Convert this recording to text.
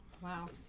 wow